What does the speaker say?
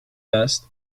vest